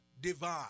Divine